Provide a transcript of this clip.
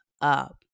up